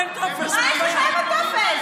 הנפש, ומצד שני לפגוע בציפור נפשם.